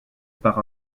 par